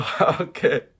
Okay